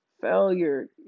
Failure